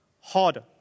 harder